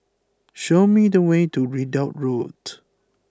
show me the way to Ridout Road